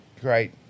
great